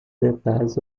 detalhes